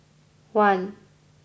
one